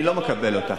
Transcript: אני לא מקבל אותה.